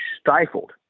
stifled